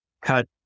cut